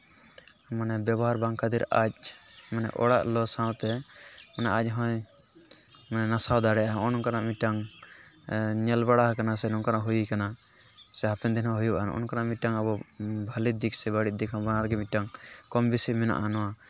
ᱢᱟᱱᱮ ᱵᱮᱵᱚᱦᱟᱨ ᱵᱟᱝ ᱠᱷᱟᱹᱛᱤᱨ ᱟᱡ ᱚᱱᱟ ᱚᱲᱟᱜ ᱞᱚ ᱥᱟᱶᱛᱮ ᱚᱱᱟ ᱟᱡ ᱦᱚᱸᱭ ᱢᱟᱱᱮ ᱱᱟᱥᱟᱣ ᱫᱟᱲᱮᱭᱟᱜᱼᱟ ᱦᱚᱜᱼᱚᱭ ᱱᱚᱝᱠᱟᱱᱟᱜ ᱢᱤᱫᱴᱟᱝ ᱧᱮᱞ ᱵᱟᱲᱟᱣ ᱠᱟᱱᱟ ᱥᱮ ᱱᱚᱝᱠᱟᱱᱟᱜ ᱦᱩᱭ ᱠᱟᱱᱟ ᱥᱮ ᱦᱟᱯᱮᱱ ᱫᱤᱱ ᱦᱚᱸ ᱦᱩᱭᱩᱜᱼᱟ ᱦᱚᱜᱼᱚᱭ ᱱᱚᱝᱠᱟᱱᱟᱜ ᱢᱤᱫᱴᱟᱝ ᱵᱷᱟᱞᱮ ᱫᱤᱠ ᱥᱮ ᱵᱟᱹᱲᱤᱡ ᱫᱤᱠ ᱵᱟᱱᱟᱨ ᱜᱮ ᱢᱤᱫᱴᱟᱝ ᱠᱚᱢ ᱵᱤᱥᱤ ᱢᱮᱱᱟᱜᱼᱟ ᱱᱚᱣᱟ